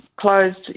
closed